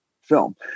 film